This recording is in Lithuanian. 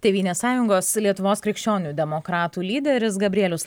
tėvynės sąjungos lietuvos krikščionių demokratų lyderis gabrielius